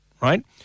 right